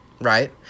right